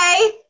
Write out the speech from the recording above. Okay